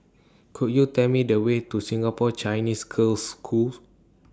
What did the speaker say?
Could YOU Tell Me The Way to Singapore Chinese Girls' School